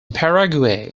paraguay